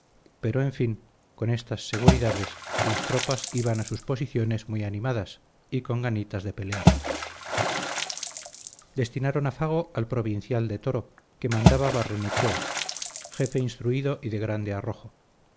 pero en fin con estas seguridades las tropas iban a sus posiciones muy animadas y con ganitas de pelear destinaron a fago al provincial de toro que mandaba barrenechea jefe instruido y de grande arrojo